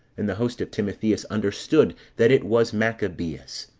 and the host of timotheus understood that it was machabeus,